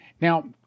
Now